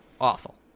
awful